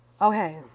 Okay